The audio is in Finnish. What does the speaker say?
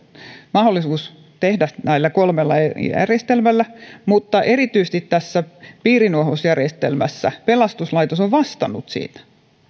mahdollisuus tehdä näillä kolmella eri järjestelmällä erityisesti tässä piirinuohousjärjestelmässä pelastuslaitos on vastannut tästä